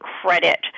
credit